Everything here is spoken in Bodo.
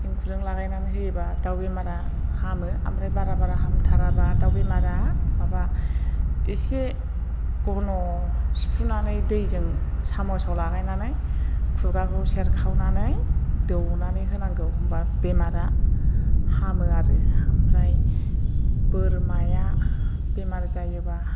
एंखुरजों लागायनानै होयोबा दाउ बेमारा हामो ओमफ्राय बारा बारा हामथाराब्ला दाउ बेमारा माबा एसे गन' सिफ्रुनानै दैजों सामुसाव लागायनानै खुगाखौ सेरखावनानै दौनानै होनांगौ होनबा बेमारा हामो आरो ओमफ्राय बोरमाया बेमार जायोब्ला